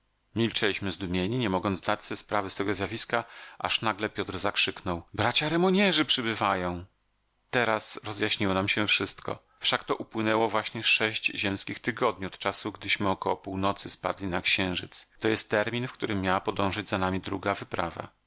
milczeliśmy zdumieni nie mogąc zdać sobie sprawy z tego zjawiska aż nagle piotr zakrzyknął bracia remognerzy przybywają teraz rozjaśniło nam się wszystko wszak to upłynęło właśnie sześć ziemskich tygodni od czasu gdyśmy około północy spadli na księżyc to jest termin w którym miała podążyć za nami druga wyprawa